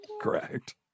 Correct